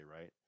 right